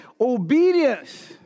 Obedience